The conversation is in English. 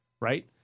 Right